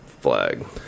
flag